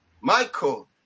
Michael